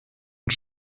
und